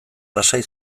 lasai